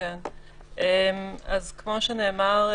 כמו שנאמר,